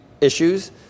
issues